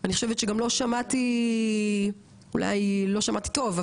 אני חושבת שגם לא שמעתי אולי היא לא שמעתי טוב,